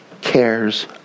cares